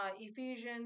Ephesians